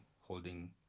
holding